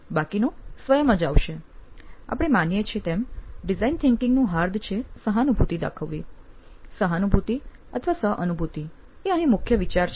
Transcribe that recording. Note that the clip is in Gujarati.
બાકીનું સ્વયં જ આવશે આપણે માનીએ છીએ તેમ ડિઝાઇન થીંકીંગ નું હાર્દ છે સહાનુભૂતિ દાખવવી સહાનુભૂતિ અથવા સહાનુભતિ એ અહીં મુખ્ય વિચાર છે